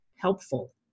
helpful